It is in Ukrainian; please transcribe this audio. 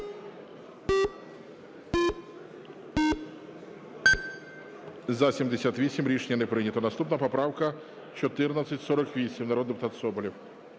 За-78 Рішення не прийнято. Наступна поправка 1448. Народний депутат Соболєв.